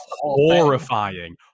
horrifying